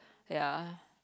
ya